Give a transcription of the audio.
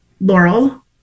Laurel